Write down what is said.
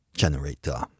generator